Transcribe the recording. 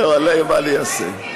זהו, מה אני אעשה.